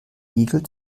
igel